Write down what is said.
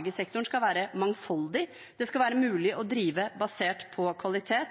skal være mangfoldig. Det skal være mulig å drive basert på kvalitet.